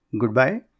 goodbye